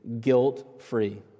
guilt-free